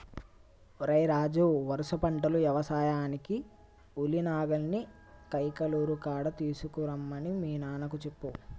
ఓరై రాజు వరుస పంటలు యవసాయానికి ఉలి నాగలిని కైకలూరు కాడ తీసుకురమ్మని మీ నాన్నకు చెప్పు